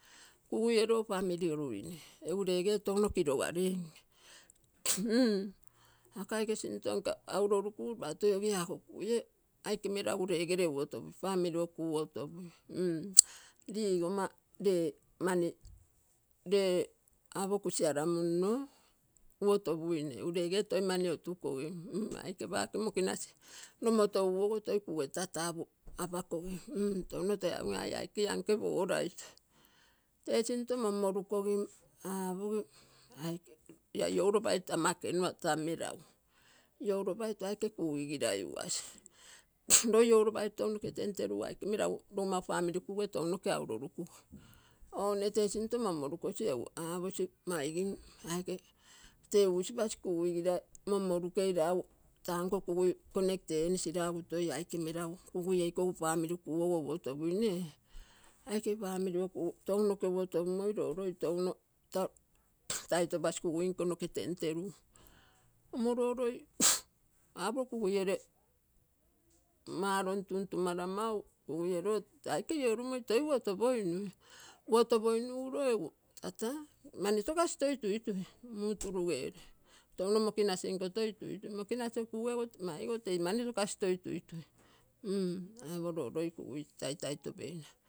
Kuguie loo family oruine egu lege touno kirogare inke. ako aike sinto urorukugu lopa toi ogii ako kuguie aike melagu legere uotopui famili oku uo topui. Ugoma lee ani, lee apo kusia ramunno uotopuine. egu lege toi mani otugogim aike pake mokinasi nomoto uguogo toi kuge tata pu apokogim touno toi apogim aa ia aike ianke logoraito. tee sinto monmo rukogim aaposi aike ia iouropaitu ama eenua taa melagu iouropaitu aike kuguigirai uasi. Loo iouropaitu tounoke temterugu aike melagu logomma uu famili kuge tounoke aurorukumoi. Oo mne tee sinto monmorukosi egu aposi maigin aike tee usipasi kusui mon morukei ragu, tanko kugui connect enisi ragu toi aike melagu kuguie ikogo famili kuu uotopusi nee aike famili touno uotopumoi loo loi touno taa tai topasi kusui nko tounoke temteku. Mmo loo loi apokuguiere ama arom tuntumara mau kuguie loo tee aike iorumoi toi uotopoinui mau kuguie loo tee aike iorumoi toi uotopoinui uotopoinugu egu lo tata manitokasi toi tuitui muu turugere touno mokinasinko toituitui. Mokisi okugego maigou toi tei mani tokasi toi tuitui apo lo loi kugui taitai topeina.